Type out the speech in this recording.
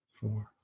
four